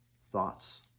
thoughts